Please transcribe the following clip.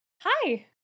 Hi